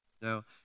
Now